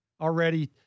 already